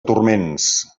turments